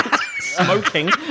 Smoking